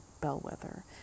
bellwether